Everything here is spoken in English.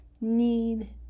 need